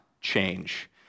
change